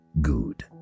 good